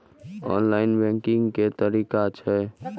Online banking के की तरीका छै?